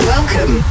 Welcome